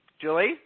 julie